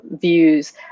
views